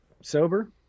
sober